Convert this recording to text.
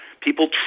people